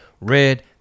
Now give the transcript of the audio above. red